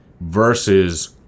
versus